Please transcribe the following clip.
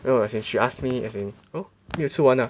no as in she ask me as in oh 没有吃完 ah